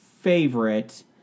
favorite